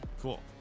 cool